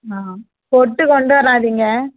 ஆ பொட்டு கொண்டு வராதீங்க